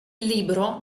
libro